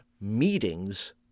meetings